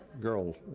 girl